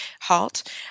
halt